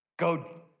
Go